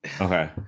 okay